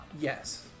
Yes